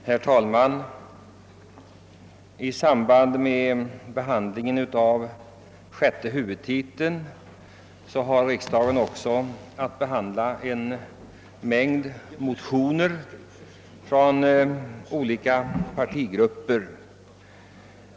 Herr talman! I samband med behandlingen av sjätte huvudtiteln har riksdagen också att behandla en mängd mötioner från olika partigrupper.